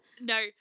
No